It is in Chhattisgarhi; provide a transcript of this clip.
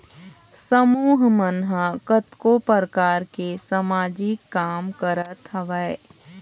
समूह मन ह कतको परकार के समाजिक काम करत हवय